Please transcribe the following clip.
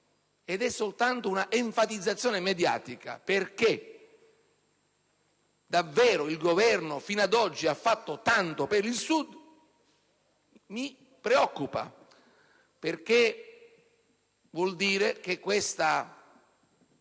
che è soltanto una enfatizzazione mediatica perché davvero il Governo fino ad oggi ha fatto tanto per il Sud, mi preoccupa. Vuol dire, infatti,